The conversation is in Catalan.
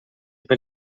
per